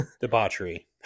Debauchery